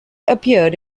appeared